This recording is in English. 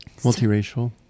Multiracial